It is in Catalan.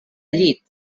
llit